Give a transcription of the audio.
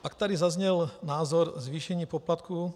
Pak tady zazněl názor zvýšení poplatků.